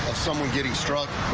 someone getting struck.